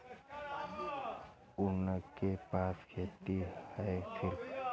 उनके पास खेती हैं सिर्फ